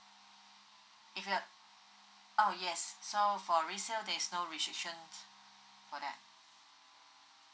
if you're oh yes so for resale there's no restriction for that